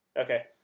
Okay